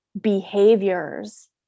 behaviors